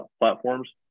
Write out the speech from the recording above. platforms